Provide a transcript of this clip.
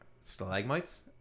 Stalagmites